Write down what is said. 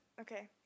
okay